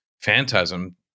Phantasm